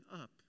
up